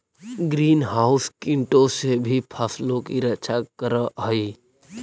green house कीटों से भी फसलों की रक्षा करअ हई